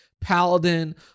Paladin